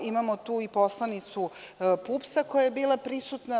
Imamo tu i poslanicu PUPS-a koja je bila prisutna.